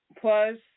plus